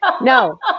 No